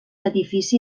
edifici